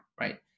right